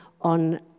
on